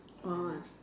orh